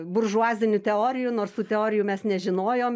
buržuazinių teorijų nors tų teorijų mes nežinojom